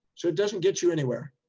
so it doesn't get you anywhere.